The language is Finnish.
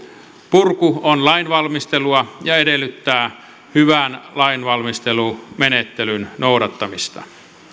purku on lainvalmistelua ja edellyttää hyvän lainvalmistelumenettelyn noudattamista